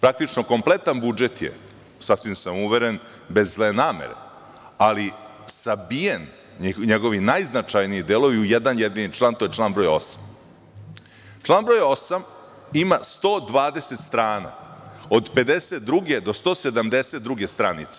Praktično kompletan budžet je, sasvim sam uveren, bez zle namere, ali sabijen, njegovi najznačajniji delovi, u jedan jedini član, a to je član broj 8. Član broj 8. ima 120 strana, od 52 do 172 stranice.